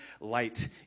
light